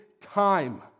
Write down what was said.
time